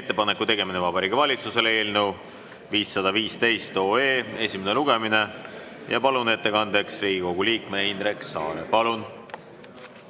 "Ettepaneku tegemine Vabariigi Valitsusele" eelnõu 515 esimene lugemine. Palun ettekandeks siia Riigikogu liikme Indrek Saare. Liigume